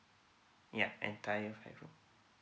yup entire flat